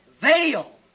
veil